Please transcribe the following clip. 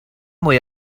mwy